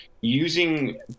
using